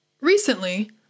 Recently